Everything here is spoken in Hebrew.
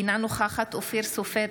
אינה נוכחת אופיר סופר,